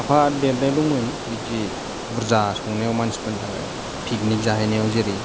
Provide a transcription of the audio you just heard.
थाफादेरनाय दंमोन बिदि बुरजा संनायाव मानथिफोरनि थाखाय पिकनिक जाहैनायाव जेरै